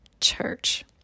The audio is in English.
church